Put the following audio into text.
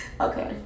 Okay